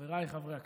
חבריי חברי הכנסת,